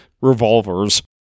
revolvers